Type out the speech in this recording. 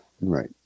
right